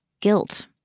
guilt